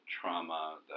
trauma